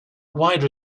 wide